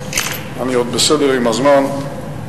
אני עוד בסדר עם הזמן,